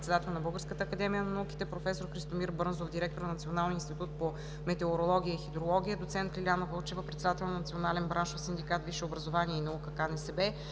Българската академия на науките; професор Христомир Брънзов – директор на Националния институт по метеорология и хидрология, доцент Лиляна Вълчева – председател на Национален браншов синдикат „Висше образование и наука“ – КНСБ,